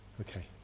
Okay